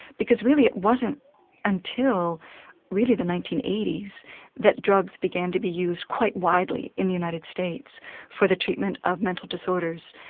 because really it wasn't until really the nineteen eighty s that drugs began to be used quite widely in the united states for the treatment of mental disorders.